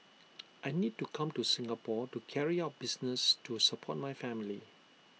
I need to come to Singapore to carry out business to support my family